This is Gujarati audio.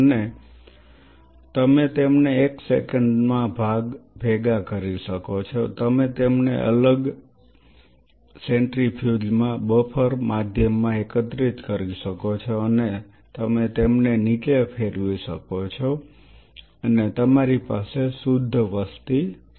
અને તમે તેમને એક સેકંડમાં ભેગા કરી શકો છો તમે તેમને એક અલગ સેન્ટ્રીફ્યુજ માં બફર માધ્યમમાં એકત્રિત કરી શકો છો અને તમે તેમને નીચે ફેરવી શકો છો અને તમારી પાસે શુદ્ધ વસ્તી છે